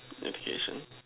navigation